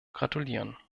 gratulieren